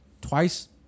twice